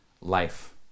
life